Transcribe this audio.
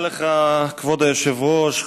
תודה לך, כבוד היושב-ראש.